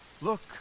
Look